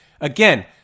Again